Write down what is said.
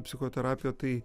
psichoterapiją tai